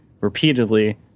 repeatedly